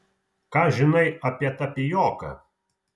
ką žinai apie tapijoką